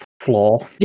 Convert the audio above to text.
floor